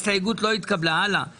הצבעה ההסתייגות לא נתקבלה רוויזיה.